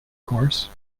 course